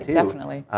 definitely.